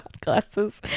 glasses